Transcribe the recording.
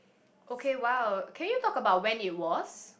okay !wow! can you talk about when it was